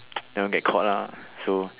never get caught lor so